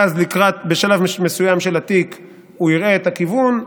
ואז בשלב מסוים של התיק הוא יראה את הכיוון,